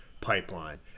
pipeline